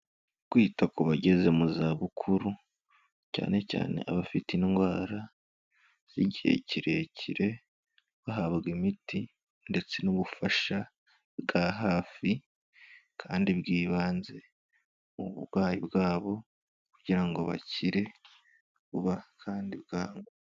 Kwita ku bageze mu za bukuru cyane cyane abafite indwara z'igihe kirekire bahabwa imiti ndetse n'ubufasha bwa hafi kandi bw'ibanze mu burwayi bwabo kugira ngo bakire vuba kandi bwangu.